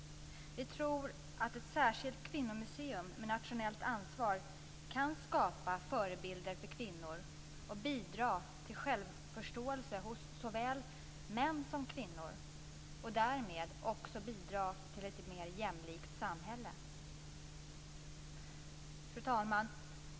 Vi tror att ett särskilt kvinnomuseum med nationellt ansvar kan skapa förebilder för kvinnor och bidra till självförståelse hos såväl män som kvinnor och därmed också bidra till ett mer jämlikt samhälle. Fru talman!